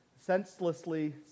senselessly